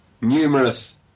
numerous